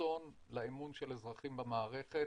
אסון לאמון של האזרחים במערכת